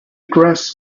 grass